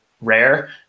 rare